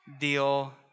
deal